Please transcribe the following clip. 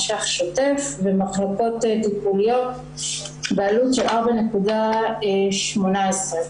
₪ שוטף ומחלקות טיפוליות בעלות של 4.18 מיליון.